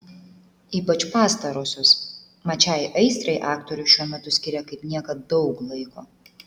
ypač pastarosios mat šiai aistrai aktorius šiuo metu skiria kaip niekad daug laiko